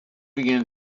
began